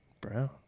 Brown